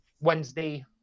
wednesday